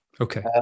Okay